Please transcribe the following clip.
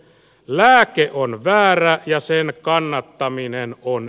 lääke on väärä ja sen kannattaminen on